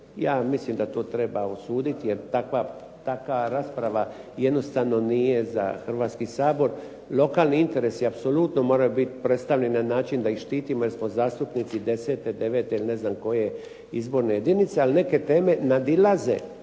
Ja mislim da to treba osuditi jer takva rasprava jednostavno nije za Hrvatski sabor. Lokalni interesi apsolutno moraju biti predstavljeni na način da ih štitimo jer smo zastupnici 10., 9. ili ne znam koje izborne jedinice, ali neke teme nadilaze